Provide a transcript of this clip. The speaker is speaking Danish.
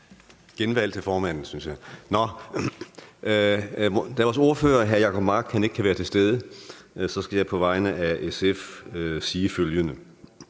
Genvalg til formanden, synes jeg. Nå. Da vores ordfører, hr. Jacob Mark, ikke kan være til stede, skal jeg på vegne af SF sige følgende: